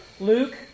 Luke